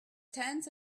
tense